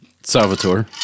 Salvatore